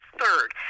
third